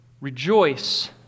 Rejoice